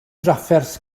drafferth